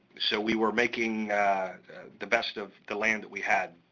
so we were making the best of the land that we had.